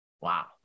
wow